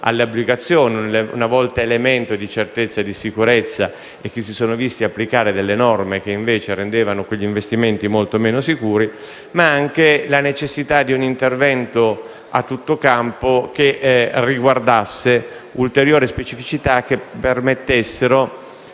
alle obbligazioni, una volta elemento di certezza e di sicurezza, e che si sono visti applicare delle norme che invece rendevano quegli investimenti molto meno sicuri, ma anche la necessità di un intervento a tutto campo che riguardasse ulteriori specificità che permettessero